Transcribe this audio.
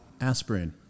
aspirin